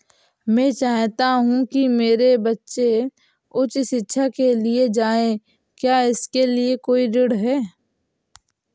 मैं चाहता हूँ कि मेरे बच्चे उच्च शिक्षा के लिए जाएं क्या इसके लिए कोई ऋण है?